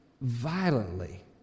violently